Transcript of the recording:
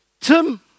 Tim